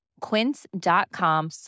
Quince.com